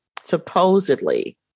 supposedly